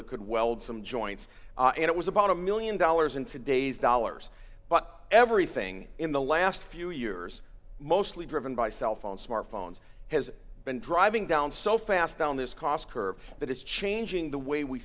could welds some joints and it was about a one million dollars in today's dollars but everything in the last few years mostly driven by cell phone smartphones has been driving down so fast down this cost curve that it's changing the way we